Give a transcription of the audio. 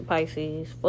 Pisces